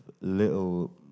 little